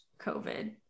COVID